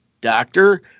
doctor